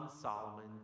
Solomon